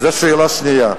זאת השאלה השנייה.